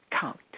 count